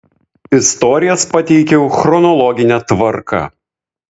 istorijas pateikiau chronologine tvarka